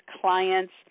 clients